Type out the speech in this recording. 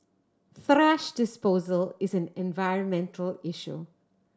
thrash disposal is an environmental issue